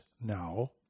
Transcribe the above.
now